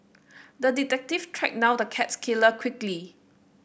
the detective tracked now the cat killer quickly